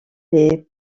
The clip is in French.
les